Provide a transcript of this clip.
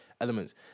elements